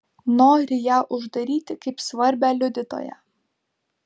nori ją uždaryti kaip svarbią liudytoją